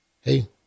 hey